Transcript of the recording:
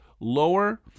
lower